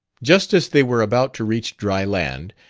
just as they were about to reach dry land,